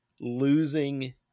losing